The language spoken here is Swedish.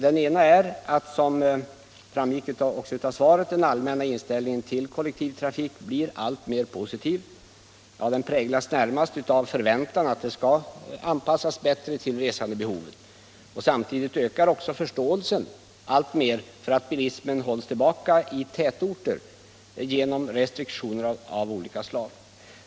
Den ena är att, som framgick också av svaret, den allmänna inställningen till kollektivtrafik blir alltmer positiv. Den präglas närmast av förväntan att denna trafik skall anpassas bättre till resandebehovet. Samtidigt ökar också förståelsen för att bilismen måste hållas tillbaka i tätorter genom restriktioner av olika slag.